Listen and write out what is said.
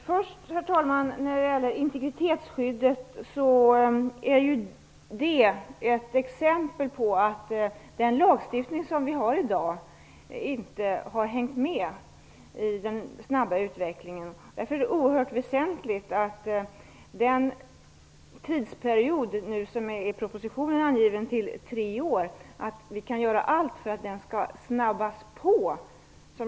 Herr talman! Integritetsskyddet är ett exempel på att den lagstiftning som vi har i dag inte har hängt med i den snabba utvecklingen. Därför är det oerhört väsentligt att vi gör allt för att den tidsperiod som i propositionen är angiven till tre år skall bli kortare.